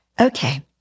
Okay